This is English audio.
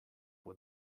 when